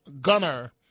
gunner